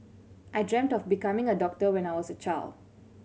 I dreamt of becoming a doctor when I was a child